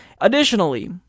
Additionally